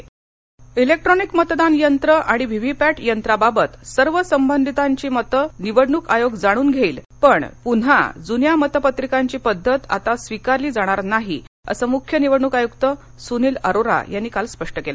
मतदान यंत्र पल केळकर इलेक्ट्रॉनिक मतदान यंत्रं आणि व्हीव्हीपर्ध प्रंत्रांबाबत सर्व संबंधितांची मत निवडणूक आयोग जाणून घेईल पण पुन्हा जून्या मतपत्रिकांची पद्धत आता स्वीकारली जाणार नाही असं मुख्य निवडणूक आयुक्त सूनील अरोरा यांनी काल स्पष्ट केलं